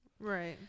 Right